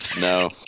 No